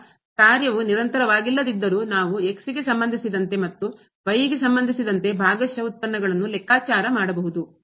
ಈಗ ಕಾರ್ಯವು ನಿರಂತರವಾಗಿಲ್ಲದಿದ್ದರೂ ನಾವು ಗೆ ಸಂಬಂಧಿಸಿದಂತೆ ಮತ್ತು ಗೆ ಸಂಬಂಧಿಸಿದಂತೆ ಭಾಗಶಃ ಉತ್ಪನ್ನಗಳನ್ನು ಲೆಕ್ಕಾಚಾರ ಮಾಡಬಹುದು